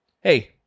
hey